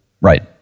Right